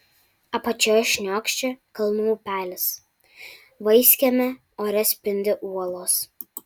apačioje šniokščia kalnų upelis vaiskiame ore spindi uolos